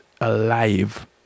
alive